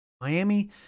Miami